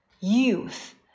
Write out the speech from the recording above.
Youth